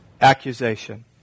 Accusation